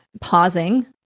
pausing